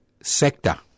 sector